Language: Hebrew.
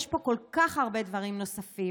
יש פה כל כך הרבה דברים נוספים: